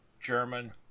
German